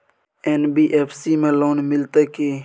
NBFC में loan मिलते की?